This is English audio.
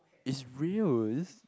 is real is